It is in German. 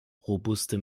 robuste